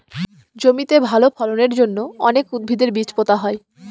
জমিতে ভালো ফলনের জন্য অনেক উদ্ভিদের বীজ পোতা হয়